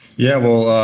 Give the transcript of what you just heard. yeah. well,